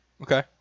Okay